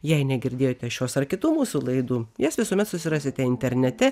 jei negirdėjote šios ar kitų mūsų laidų jas visuomet susirasite internete